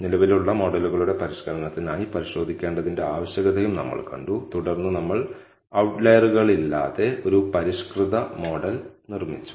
നിലവിലുള്ള മോഡലുകളുടെ പരിഷ്ക്കരണത്തിനായി പരിശോധിക്കേണ്ടതിന്റെ ആവശ്യകതയും നമ്മൾ കണ്ടു തുടർന്ന് നമ്മൾ ഔട്ട്ലയറുകളില്ലാതെ ഒരു പരിഷ്കൃത മോഡൽ നിർമ്മിച്ചു